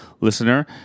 listener